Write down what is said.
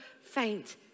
faint